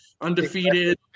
undefeated